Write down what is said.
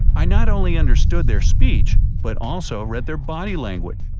i not only understood their speech but also read their body language.